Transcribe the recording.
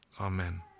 amen